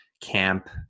camp